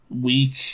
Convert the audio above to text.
week